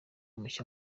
mushya